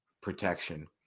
protection